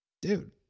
Dude